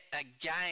again